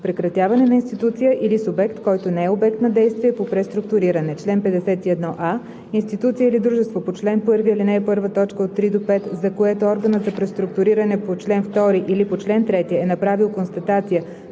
„Прекратяване на институция или субект, който не е обект на действие по преструктуриране Чл. 51а. Институция или дружество по чл. 1, ал. 1, т. 3 – 5, за което органът за преструктуриране по чл. 2 или по чл. 3 е направил констатация,